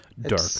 Dark